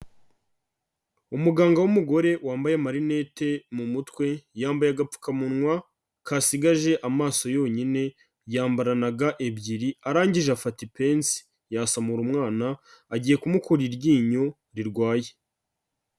Umuganga w'umugore wambaye amarinete mu mutwe, yambaye agapfukamunwa kasigaje amaso yonyine, yambara na ga ebyiri, arangije afata ipensi yasamura umwana, agiye kumukura iryinyo rirwaye.